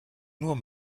nur